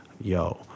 yo